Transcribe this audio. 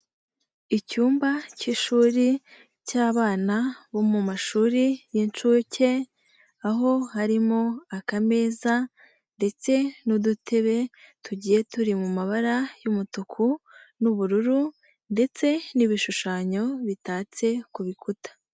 Icyumba cy'ishuri cy'abana bo mu mashuri y'incuke, aho harimo akameza ndetse n'udutebe tugiye turi mu mabara y'umutuku n'ubururu ndetse n'ibishushanyo, bitatse ku bikuta.